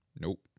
Nope